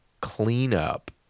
cleanup